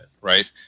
right